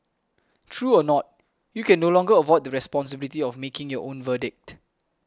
true or not you can no longer avoid the responsibility of making your own verdict